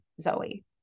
Zoe